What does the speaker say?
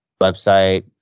website